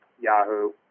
Yahoo